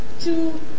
two